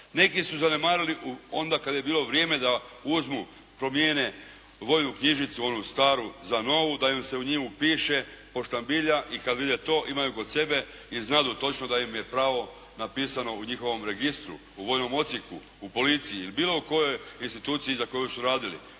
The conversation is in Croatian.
Negdje su zanemarili onda kada je bilo vrijeme da uzmu, promijene vojnu knjižicu staru za novu, da se u nju upiše, poštambilja i kad vide to, imaju kod sebe i znadu točno da im je pravo napisano u njihovom registru, u vojnom odsjeku, u policiji ili bilo kojoj instituciji za koju su radili,